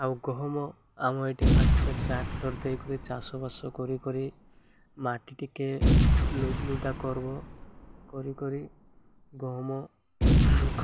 ଆଉ ଗହମ ଆମ ଏଠି ଫାର୍ଷ୍ଟ୍ରେ ଟ୍ରାକ୍ଟର୍ ଦେଇକରି ଚାଷବାସ କରିିକରି ମାଟି ଟିକେ ଲୁଦ୍ଲୁଦା କର୍ବ କରି କରି ଗହମ